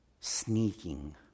Sneaking